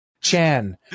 Chan